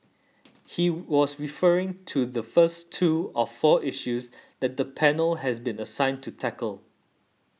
he was referring to the first two of four issues that the panel has been assigned to tackle